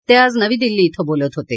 ते आज नवी दिल्ली वें बोलत होते